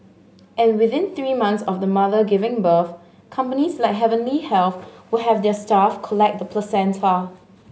and within three months of the mother giving birth companies like Heavenly Health will have their staff collect the placenta